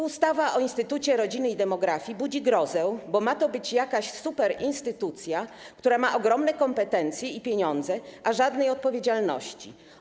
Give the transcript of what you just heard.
Ustawa o instytucie rodziny i demografii budzi grozę, bo ma to być jakaś superinstytucja, która ma ogromne kompetencje i pieniądze, a żadnej odpowiedzialności.